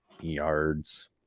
yards